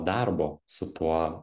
darbo su tuo